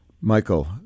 Michael